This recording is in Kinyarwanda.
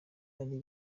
ari